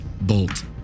bolt